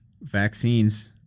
vaccines